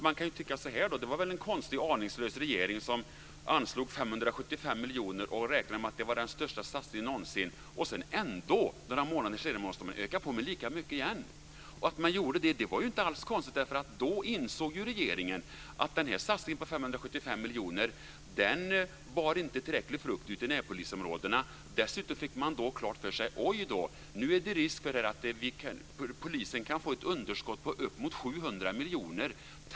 Man kan ju tycka att det var en konstig och aningslös regering som anslog 575 miljoner kronor och räknade med att det var den största satsningen någonsin när den ändå några månader senare måste öka på med lika mycket igen. Det var inte alls konstigt att man gjorde det. Då insåg nämligen regeringen att satsningen på 575 miljoner kronor inte bar tillräckligt med frukt ute i närpolisområdena. Dessutom fick man klart för sig att det fanns risk för att polisen kunde få ett underskott på uppemot 700 miljoner - oj då!